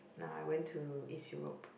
no I went to East Europe